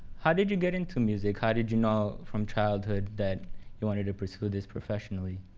how did you get into music? how did you know from childhood that you wanted to pursue this professionally?